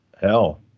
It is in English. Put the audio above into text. hell